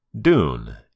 Dune